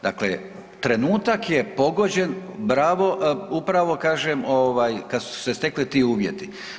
Dakle, trenutak je pogođen, bravo, upravo kažem ovaj, kad su se stekli ti uvjeti.